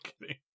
kidding